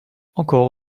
encore